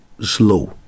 slow